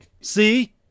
See